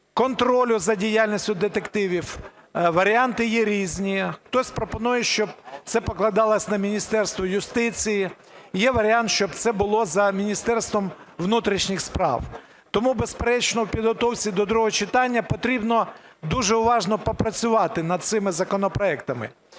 контролю за діяльністю детективів, варіанти є різні. Хтось пропонує, щоб це покладалось на Міністерство юстиції, є варіант, щоб це було за Міністерством внутрішніх справ. Тому, безперечно, у підготовці до другого читання потрібно дуже уважно попрацювати над цими законопроектами.